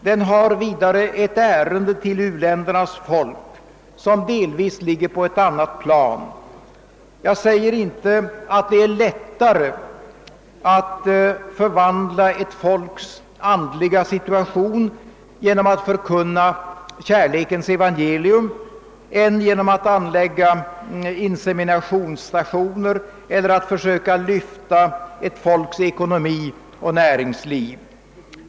Den har vidare ett ärende till u-ländernas folk som delvis ligger på ett annat plan. Jag säger inte att det är lättare att förvandla ett folks andliga situation genom att förkunna kärlekens evangelium än genom att anlägga inseminationsstationer eller att försöka lyfta ett folks ekonomi och näringsliv.